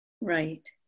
Right